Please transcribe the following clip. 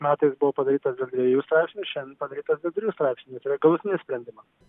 metais buvo padarytas dėl dviejų straipsnių šiandien padarytas dėl trijų straipsnių čia yra galutinis sprendimas